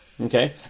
Okay